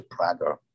Prager